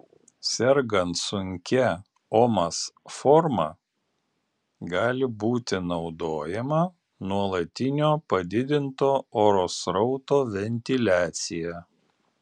sergant sunkia omas forma gali būti naudojama nuolatinio padidinto oro srauto ventiliacija